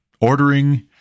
ordering